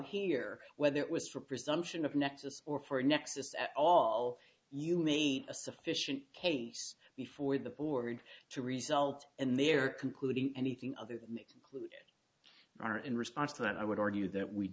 here whether it was for presumption of nexus or for nexus at all you may need a sufficient case before the board to result in their concluding anything other than exclude or in response to that i would argue that we